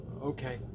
okay